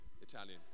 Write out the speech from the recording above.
Italian